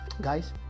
guys